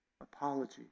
apology